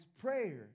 prayer